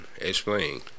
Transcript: Explain